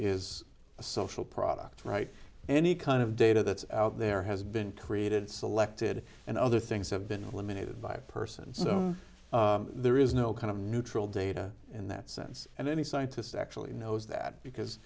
a social product right any kind of data that's out there has been created selected and other things have been eliminated by a person so there is no kind of neutral data in that sense and any scientist actually knows that because